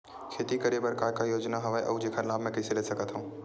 खेती करे बर का का योजना हवय अउ जेखर लाभ मैं कइसे ले सकत हव?